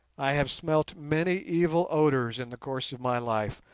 i have smelt many evil odours in the course of my life,